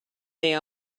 day